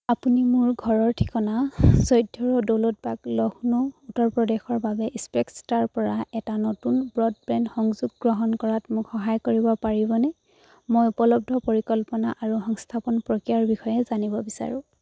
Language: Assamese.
আপুনি মোৰ ঘৰৰ ঠিকনা চৈধ্য দৌলত বাগ লক্ষ্ণৌ উত্তৰ প্ৰদেশৰ বাবে স্পেক্ট্ৰাৰ পৰা এটা নতুন ব্ৰডবেণ্ড সংযোগ গ্ৰহণ কৰাত মোক সহায় কৰিব পাৰিবনে মই উপলব্ধ পৰিকল্পনা আৰু সংস্থাপন প্ৰক্ৰিয়াৰ বিষয়ে জানিব বিচাৰোঁ